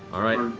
all right.